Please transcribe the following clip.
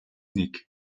нэг